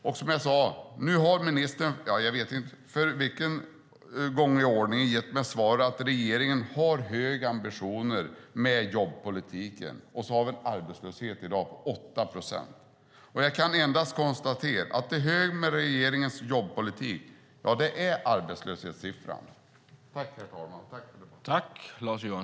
Ministern har, jag vet inte för vilken gång i ordningen, gett mig svaret att regeringen har höga ambitioner med jobbpolitiken. Och så har vi en arbetslöshet i dag på 8 procent. Jag kan endast konstatera att det som är högt med regeringens jobbpolitik är arbetslöshetssiffrorna.